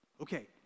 Okay